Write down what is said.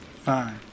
Fine